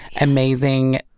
amazing